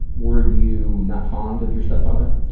were you not fond of your stepfather?